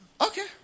okay